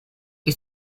que